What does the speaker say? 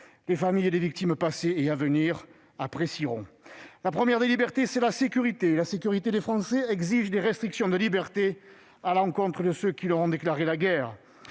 Les familles des victimes passées et à venir apprécieront ... La première des libertés, c'est la sécurité. Or, la sécurité des Français exige des restrictions de liberté à l'encontre de ceux qui leur ont déclaré la guerre.